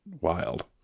wild